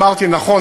אמרתי: נכון,